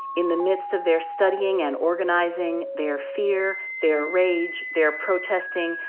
in the midst of their studying and organizing, their fear, their rage, their protesting,